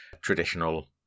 traditional